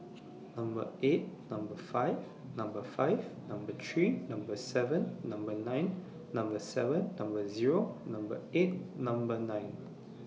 Number eight Number five Number five Number three Number seven Number nine Number seven Number Zero Number eight Number nine